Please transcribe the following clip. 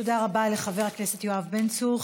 תודה רבה לחבר הכנסת יואב בן צור.